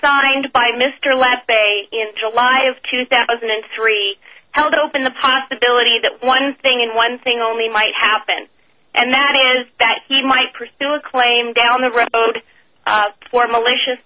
signed by mr last day in july of two thousand and three held open the possibility that one thing and one thing only might happen and that is that he might pursue a claim down the road for malicious